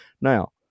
now